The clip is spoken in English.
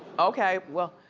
okay. well,